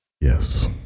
yes